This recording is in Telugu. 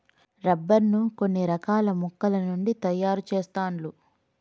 రబ్బర్ ను కొన్ని రకాల మొక్కల నుండి తాయారు చెస్తాండ్లు